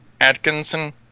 Atkinson